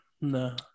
No